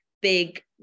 big